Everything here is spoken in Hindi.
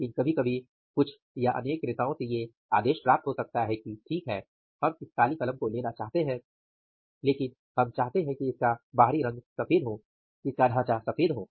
लेकिन कभी कभी कुछ या अनेक क्रेताओं से ये आदेश प्राप्त हो सकता है कि ठीक है हम इस काली कलम को लेना चाहते है लेकिन हम चाहते हैं कि इसका बाहरी रंग सफेद हो